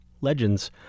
legends